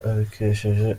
abikesheje